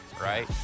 Right